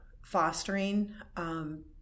fostering